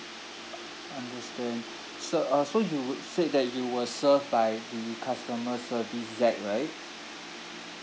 understand sir uh so you would said that you were served by the customer service zach right